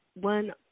one